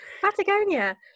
Patagonia